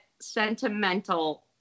sentimental